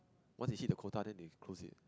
once they hit the quota then they will close it